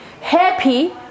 happy